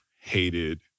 hated